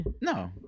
No